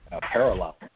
parallel